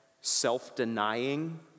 self-denying